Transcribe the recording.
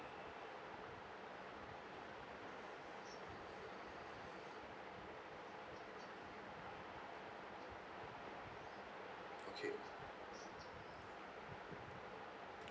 okay